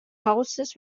houses